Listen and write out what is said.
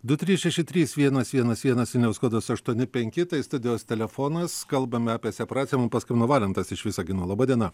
du trys šeši trys vienas vienas vienas vilniaus kodas aštuoni penki tai studijos telefonas kalbame apie separaciją paskambino valentas iš visagino laba diena